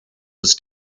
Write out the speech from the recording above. his